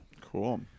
Cool